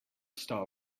star